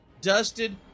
dusted